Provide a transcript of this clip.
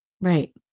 Right